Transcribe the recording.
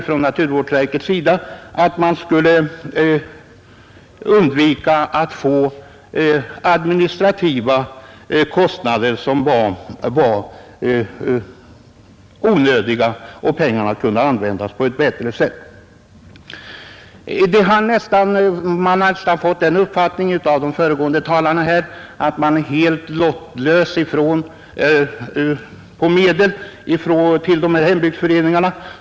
Från naturvårdsverkets sida påpekades att man borde undvika onödiga administrativa kostnader och i stället låta pengarna komma till användning på ett bättre sätt. Av de föregående anförandena har man nästan fått den uppfattningen att dessa hembygdsföreningar blivit helt lottlösa i fråga om medel.